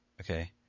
Okay